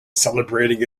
celebrating